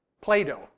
Plato